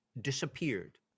disappeared